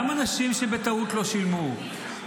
גם אנשים שבטעות לא שילמו,